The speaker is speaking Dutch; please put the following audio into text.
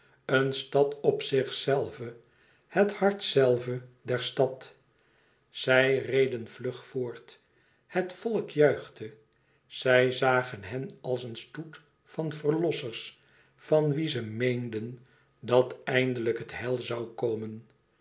een stad op zichzelve het hart zelve der stad zij reden vlug voort het volk juichte zij zagen hen als een stoet van verlossers van wie ze meenden dat eindelijk het heil zoû komen